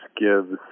gives